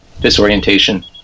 disorientation